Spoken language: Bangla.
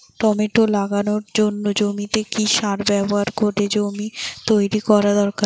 টমেটো লাগানোর জন্য জমিতে কি সার ব্যবহার করে জমি তৈরি করা দরকার?